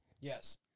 Yes